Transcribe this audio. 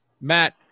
Matt